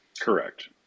Correct